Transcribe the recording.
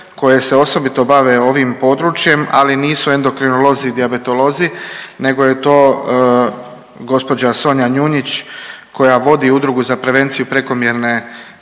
koje se osobito bave ovim područjem, ali nisu endokrinolozi i dijabetolozi nego je to gospođa Sonja Njunjić koja vodi Udrugu za prevenciju prekomjerne